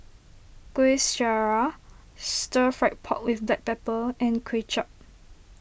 Kuih Syara Stir Fried Pork with Black Pepper and Kway Chap